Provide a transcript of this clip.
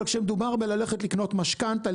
אבל כשמדובר בללכת לקנות משכנתה,